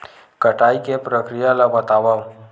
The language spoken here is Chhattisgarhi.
कटाई के प्रक्रिया ला बतावव?